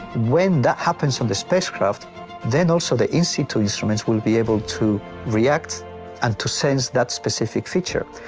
when that happens on the spacecraft then also the in-situ instruments will be able to react and to sense that specific feature.